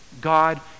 God